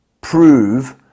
prove